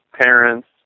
parents